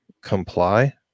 comply